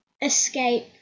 escape